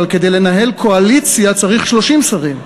אבל כדי לנהל קואליציה צריך 30 שרים.